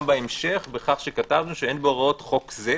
בהמשך בכך שכתבנו שאין בהוראות חוק זה,